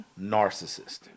Narcissist